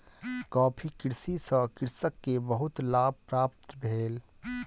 coffee कृषि सॅ कृषक के बहुत लाभ प्राप्त भेल